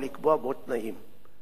זו הוראה חשובה מאוד